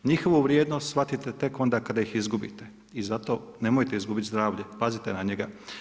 Njihovu vrijednost shvatite tek onda kada ih izgubite i zato nemojte izgubiti zdravlje, pazite na njega.